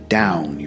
down